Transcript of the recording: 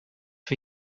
for